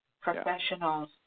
Professionals